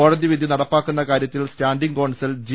കോടതിവിധി നടപ്പാക്കുന്ന കാര്യത്തിൽ standing counsel G